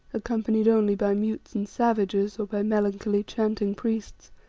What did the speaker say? accompanied only by mutes and savages or by melancholy, chanting priests,